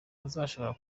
ashobora